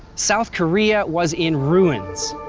south korea was in ruins.